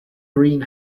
green